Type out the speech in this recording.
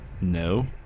No